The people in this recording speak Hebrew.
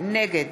נגד